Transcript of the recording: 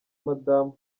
madamu